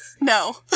No